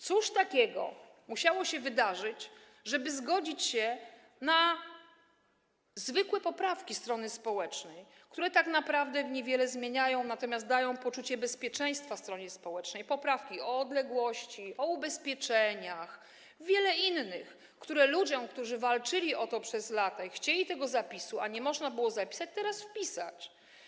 Cóż takiego musiało się wydarzyć, żeby zgodzić się na zwykłe poprawki strony społecznej, które tak naprawdę niewiele zmieniają, natomiast dają poczucie bezpieczeństwa stronie społecznej, poprawki o odległości, o ubezpieczeniach, wiele innych, żeby to - ludzie walczyli o to przez lata, chcieli tego zapisu, a nie można było zapisać - teraz wpisać?